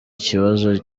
ikibazo